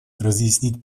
разъяснить